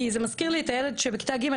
כי זה מזכיר לי את הילד שבכיתה ג'